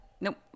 Nope